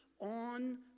on